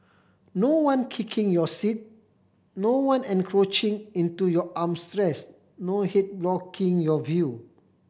no one kicking your seat no one encroaching into your arms rest no head blocking your view